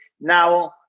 Now